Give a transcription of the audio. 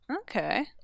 Okay